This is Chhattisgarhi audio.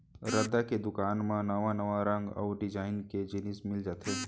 रद्दा के दुकान म नवा नवा रंग अउ डिजाइन के जिनिस मिल जाथे